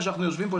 שאנחנו יושבים פה,